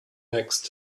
next